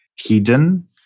hidden